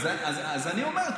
אז אני אומר,